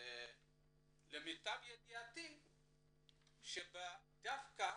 ולמיטב ידיעתי דווקא